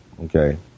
Okay